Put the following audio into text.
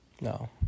No